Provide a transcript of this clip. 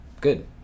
Good